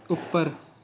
ਉੱਪਰ